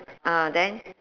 ah then